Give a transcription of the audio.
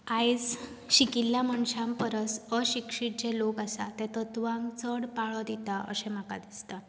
आयज शिकिल्ल्या मनशां परस अशिक्षीत जे लोक आसात ते तत्वांक चड पाळो दिता अशें म्हाका दिसता